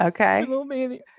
okay